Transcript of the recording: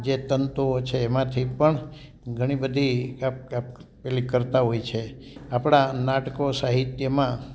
જે તંતુઓ છે એમાંથી પણ ઘણી બધી પેલી કરતાં હોય છે આપણા નાટકો સાહિત્યમાં